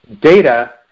data